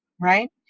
right